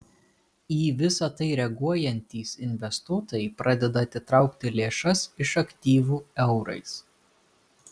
į visa tai reaguojantys investuotojai pradeda atitraukti lėšas iš aktyvų eurais